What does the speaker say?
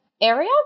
area